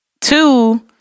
Two